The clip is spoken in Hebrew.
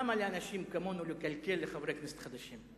למה לאנשים כמונו לקלקל לחברי כנסת חדשים?